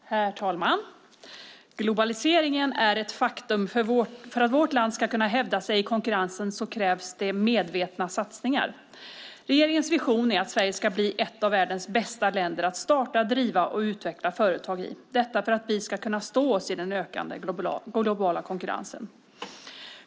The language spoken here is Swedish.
Herr talman! Globaliseringen är ett faktum. För att vårt land ska kunna hävda sig i konkurrensen krävs medvetna satsningar. Regeringens vision är att Sverige ska bli ett av världens bästa länder att starta, driva och utveckla företag i - detta för att vi ska kunna stå oss i den ökande globala konkurrensen.